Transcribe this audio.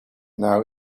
now